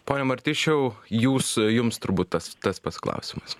pone martišiau jūs jums turbūt tas tas pats klausimas